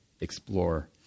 explore